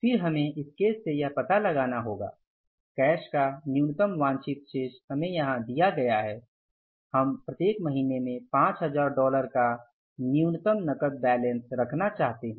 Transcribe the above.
फिर हमें इस केस से यह पता लगाना होगा कैश का न्यूनतम वांछित शेष हमें यहां दिया गया है हम प्रत्येक महीने में 5000 डॉलर का न्यूनतम कैश बैलेंस रखना चाहते हैं